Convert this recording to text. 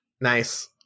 Nice